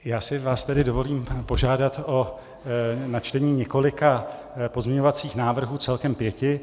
Já si vás tedy dovolím požádat o načtení několika pozměňovacích návrhů, celkem pěti.